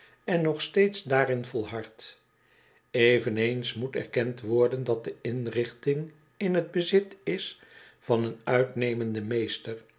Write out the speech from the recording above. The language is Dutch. en nog steeds daarin volhardt eveneens moet erkend worden dat de inrichting in het bezit is van een uitnemenden meester